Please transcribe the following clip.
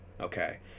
Okay